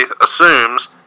assumes